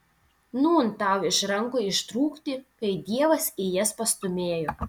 nūn tau iš rankų ištrūkti kai dievas į jas pastūmėjo